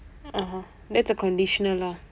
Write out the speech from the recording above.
(uh huh) that's a conditional lah